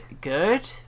good